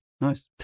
nice